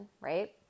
Right